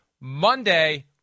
Monday